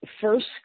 first